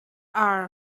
are